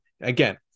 Again